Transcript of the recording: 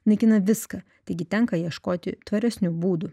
naikina viską taigi tenka ieškoti tvaresnių būdų